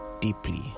deeply